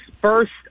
First